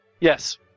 Yes